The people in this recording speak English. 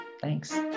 thanks